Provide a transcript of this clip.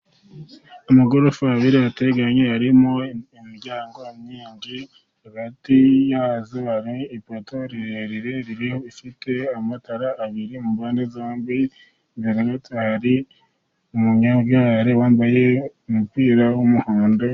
Amagorofa abiri ateganye arimo imiryango myinshi. Hagati yazo hari ipoto ndende ifite amatara abiri mu mpande zombi. Umunyegare wambaye umupira w'umuhondo.